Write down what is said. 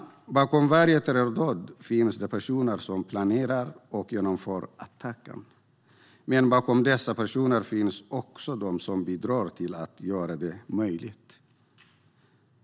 Bakom varje terrordåd finns personer som planerar och genomför attacken. Bakom dessa personer finns också de som bidrar till att göra attacken möjlig.